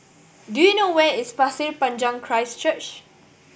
do you know where is Pasir Panjang Christ Church